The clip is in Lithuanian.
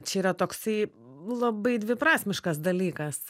čia yra toksai labai dviprasmiškas dalykas